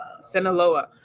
Sinaloa